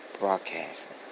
Broadcasting